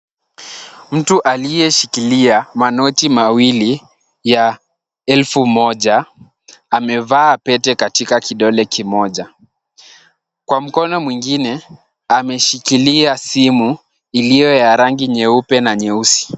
Mtu aliyeshikilia manoti mawili ya elfu moja amevaa pete katika kidole kimoja. Kwa mkono mwingine ameshikilia simu iliyo ya rangi nyeupe na nyeusi.